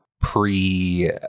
pre